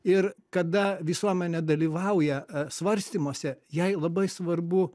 ir kada visuomenė dalyvauja svarstymuose jai labai svarbu